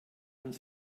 uns